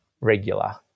regular